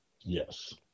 Yes